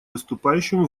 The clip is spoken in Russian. выступающему